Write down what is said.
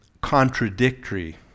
contradictory